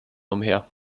umher